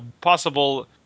possible